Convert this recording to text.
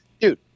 dude